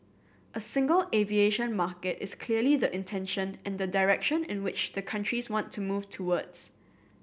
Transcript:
a single aviation market is clearly the intention and the direction in which the countries want to move towards